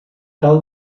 tal